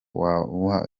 wamuha